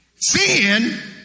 Sin